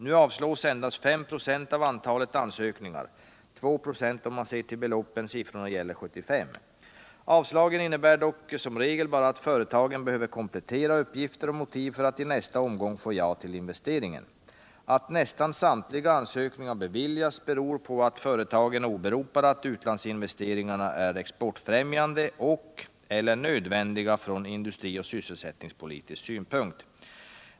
Nu avslås endast 5 procent av antalet ansökningar, 2 procent om man ser till beloppen tsiffrorna gäller 1975). Avslagen innebär dock som regel bara att företagen behöver komplettera uppgifter och motiv, för att i nästa omgång få ja till investeringen. Alt nästan samtliga ansökningar beviljas beror på att företagen åberopar att utlandsinvesteringen är exportfrämjande och/eller nödvändig från industrioch sysselsättningspolitisk synpunkt.